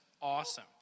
awesome